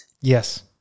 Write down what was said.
Yes